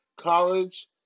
college